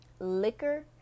Liquor